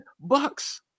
bucks